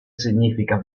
significa